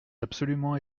absolument